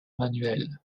manuel